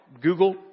Google